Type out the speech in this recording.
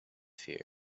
fear